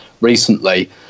recently